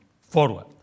forward